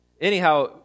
Anyhow